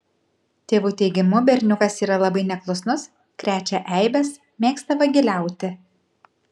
tėvų teigimu berniukas yra labai neklusnus krečia eibes mėgsta vagiliauti